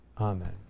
Amen